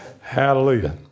Hallelujah